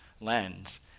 lens